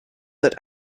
that